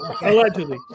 Allegedly